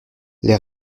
les